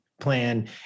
plan